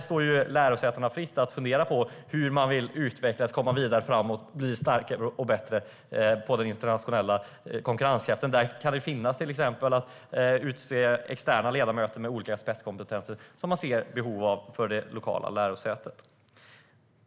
Det står lärosätena fritt att fundera på hur man vill utvecklas, komma vidare framåt och få starkare och bättre internationell konkurrenskraft. Där kan det till exempel handla om att utse externa ledamöter med olika spetskompetenser som man ser behov av vid det lokala lärosätet.